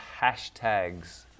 hashtags